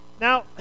Now